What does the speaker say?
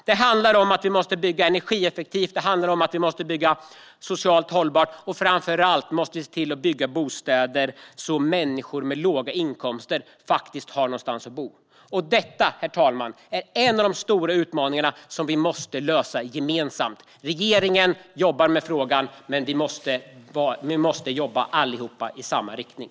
Det handlar om att vi måste bygga energieffektivt. Det handlar om att vi måste bygga socialt hållbart. Framför allt måste vi se till att bygga bostäder så att människor med låga inkomster har någonstans att bo. Det är en av de stora utmaningarna som vi måste lösa gemensamt. Regeringen jobbar med frågan, men vi måste allihop jobba i samma riktning.